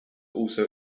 also